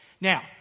Now